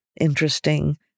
interesting